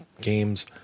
games